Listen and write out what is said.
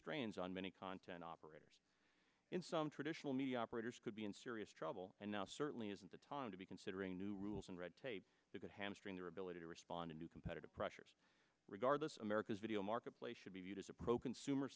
strains on many content operators in some traditional media operators could be in serious trouble and now certainly isn't the time to be considering new rules and red tape to get hamstrung their ability to respond to competitive pressures regardless america's video marketplace should be viewed as a pro consumer